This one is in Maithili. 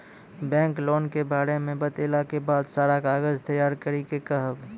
बैंक लोन के बारे मे बतेला के बाद सारा कागज तैयार करे के कहब?